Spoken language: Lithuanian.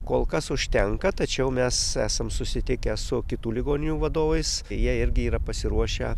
kol kas užtenka tačiau mes esam susitikę su kitų ligoninių vadovais jie irgi yra pasiruošę